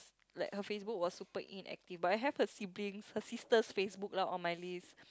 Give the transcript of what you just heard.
like her Facebook was super inactive but I have her sibling's her sister's Facebook lah on my list